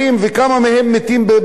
סך הכול עובדי הבניין,